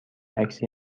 عکسی